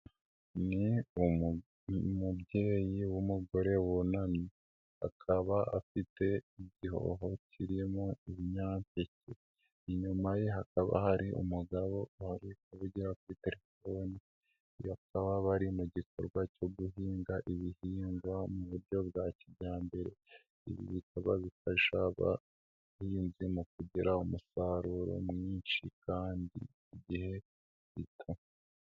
Ni umubyeyi w'umugore wunamye. Akaba afite igihoho kirimo ibinyampeke. Inyuma ye hakaba hari umugabo wari kuvugira kuri telefoni. Bakaba bari mu gikorwa cyo guhinga ibihingwa mu buryo bwa kijyambere. Ibi bikaba bifasha abahinzi mu kugira umusaruro mwinshi kandi mu gihe gito.